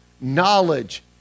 knowledge